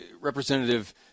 Representative